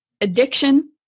addiction